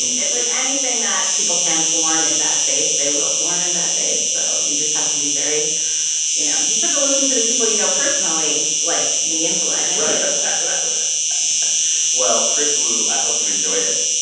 and it's, like, anything that people can swarm in bad faith, they will swarm in bad faith. so you just have to be very you know, you just so have to listen to the people you know personally like me and glen and you right yeah exactly yeah yeah well, kris wu, i hope you enjoyed it.